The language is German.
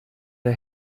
der